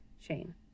shane